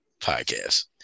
podcast